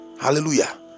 hallelujah